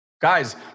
Guys